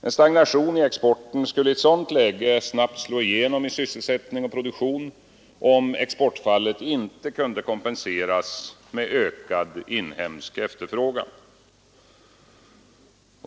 En stagnation i exporten skulle i ett sådant läge snabbt slå igenom i sysselsättning och produktion, om exportbortfallet inte kunde kompenseras med ökad inhemsk efterfrågan.